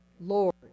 Lord